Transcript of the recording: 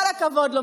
כל הכבוד לו,